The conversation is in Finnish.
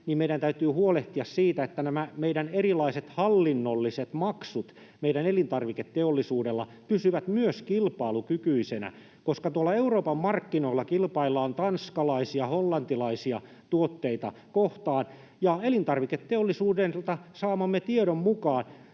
meidän täytyy huolehtia siitä, että nämä meidän erilaiset hallinnolliset maksut meidän elintarviketeollisuudella pysyvät myös kilpailukykyisinä, koska tuolla Euroopan markkinoilla kilpaillaan tanskalaisia ja hollantilaisia tuotteita vastaan ja elintarviketeollisuudelta saamamme tiedon mukaan